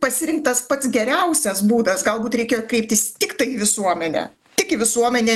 pasirinktas pats geriausias būdas galbūt reikėjo kreiptis tiktai į visuomenę tik į visuomenę